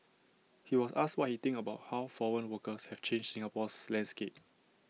he was asked what he thinks about how foreign workers have changed Singapore's landscape